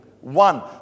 one